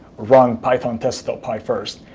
run pythontest py first,